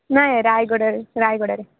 ନାଇଁ ରାୟଗଡ଼ାରେ ରାୟଗଡ଼ାରେ